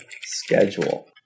schedule